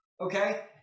Okay